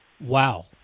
Wow